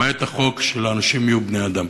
למעט חוק שהאנשים יהיו בני-אדם.